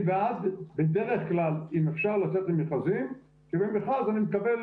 אני בעד בדרך כלל אם אפשר לצאת למכרזים כי במכרז אני מקבל